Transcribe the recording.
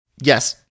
Yes